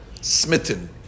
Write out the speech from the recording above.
smitten